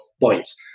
points